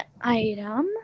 item